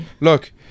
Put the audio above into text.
look